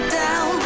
down